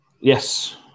Yes